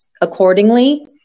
accordingly